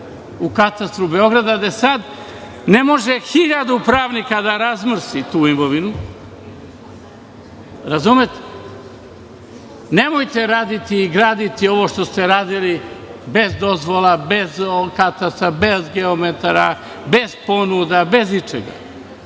u katastru Beograda, gde sada ne može 1000 pravnika da razmrsi tu imovinu, razumete. Nemojte raditi i graditi ovo što ste radili bez dozvola, bez katastra, bez geometara, bez ponuda, bez ičega.